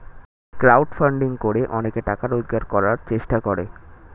crowd funding করে অনেকে টাকা রোজগার করার চেষ্টা করে